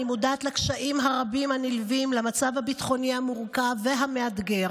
אני מודעת לקשיים הרבים הנלווים למצב הביטחוני המורכב והמאתגר